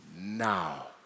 Now